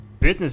business